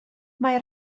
mae